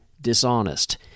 dishonest